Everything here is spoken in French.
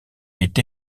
est